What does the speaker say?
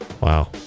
Wow